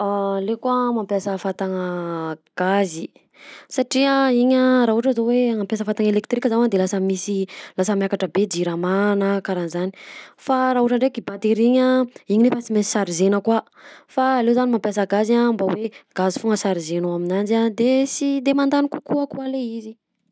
Aleoko mampiasa fatagna gazy, satria igny a raha ohatra zao hoe agnampiasa fatagna elektrika zaho a de lasa misy lasa miakatra be jirama na karahan'zany; fa raha ohatra ndraka i batery igny a, igny nefa sy mainsy chargena koa, fa aleo zany mampiasa gazy a mba hoe gazy foagna chargenao aminanjy a de sy de mandany kokoa ko le izy.